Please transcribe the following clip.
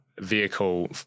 vehicle